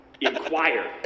inquire